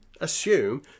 assume